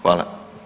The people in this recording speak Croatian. Hvala.